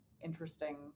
interesting